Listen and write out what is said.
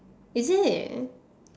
is it